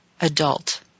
adult